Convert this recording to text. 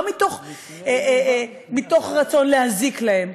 לא מתוך רצון להזיק להם.